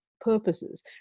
purposes